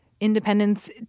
independence